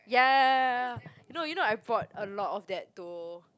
ya ya ya you know you know I bought a lot of that to